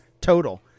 total